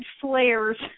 flares